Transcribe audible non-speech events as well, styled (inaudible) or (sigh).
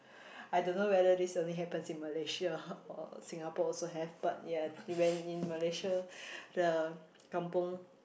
(breath) I don't know whether this only happens in Malaysia or Singapore also have but ya when in Malaysia (breath) the kampung